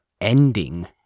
ending